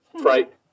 right